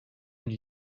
new